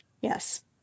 Yes